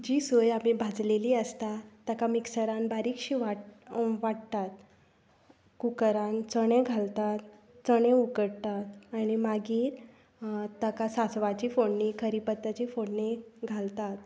जी सोय आमी बाजलेली आसता तेका मिक्सरान बारीकशी वाडट वाडटात कुकरान चणे घालतां चणे उकडटात आनी मागीर ताका सांसवाची फोडणी करीपत्ताची फोडणीं घालता